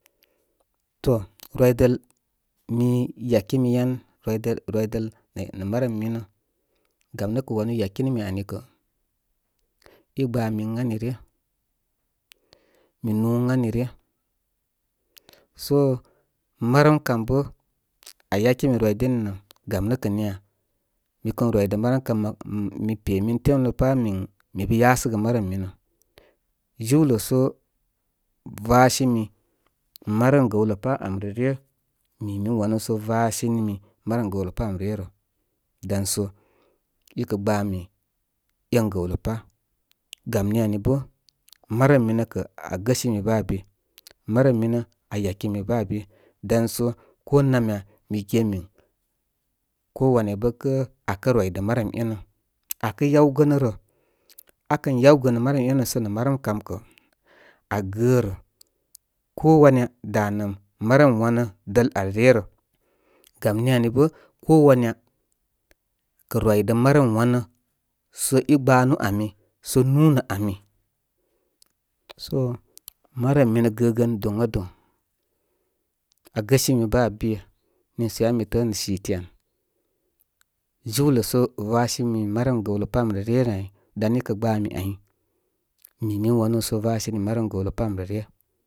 To, rwidəl mi yakimi yan rwide rwi dəl ne nə marəm minə. Gam nə kə wanu yakinimi ani kə. I gbami ən ani ryə, mi u ən ani ryə. So marəm kam bə aa yakimi rwidini nə gam nə kə niya? Mi kən rwidə marəm kam mi pe min temlə pá min mi bə ya səgə marəm minə. Jiwlə so vasimi marəm gəw lə pá amrə ryə, mi min wanúúsə vasimimi marəm gawlə pá am reə ryə rə. Dan so i kə gbami én gawlə pá. Gamni ani bə marəm, minə kə aa gəsəmi bə aa be. Marəm minə aa yakimi bə aa be dan so ko wam, ya mi ge min ko waya bə kə akə rwidə marəm énə. Akə yawgənə rə. Akən yawgənə marəm énə sə nə marəm kam kə aa gərə ko wanya danə marəm wanə dəl al ryə rə. Gam ni ani bə ko wanya, kə rwidə marəm wanə sə i gbanu ami sə núnə ami. So marəm minə gəgən doŋa do. Agəsimi bə aa be. Niisə yabə m təə nə siti an, jiwlə sə vasimi manəm gəwlə pá rə ryə ni dan ikə gbami ay, mi min wanu sə va simi marəm gəwlə pam rə ryə.